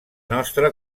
nostra